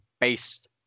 based